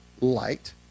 light